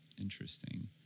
interesting